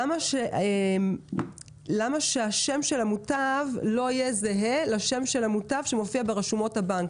למה שהשם של המוטב לא יהיה זהה לשם של המוטב שמופיע ברשומות הבנק?